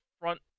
front